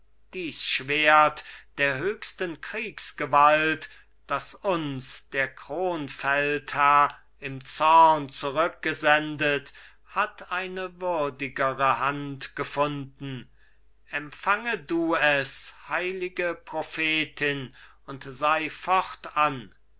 dies schwert der höchsten kriegsgewalt das uns der kronfeldherr im zorn zurückgesendet hat eine würdigere hand gefunden empfange du es heilige prophetin und sei